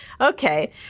Okay